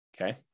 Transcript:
okay